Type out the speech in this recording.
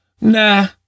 nah